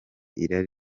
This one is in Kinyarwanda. irari